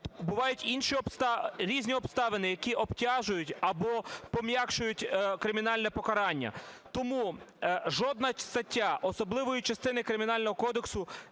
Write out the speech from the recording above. Бувають різні обставини, які обтяжують або пом'якшують кримінальне покарання, тому жодна стаття особливої частини Кримінального кодексу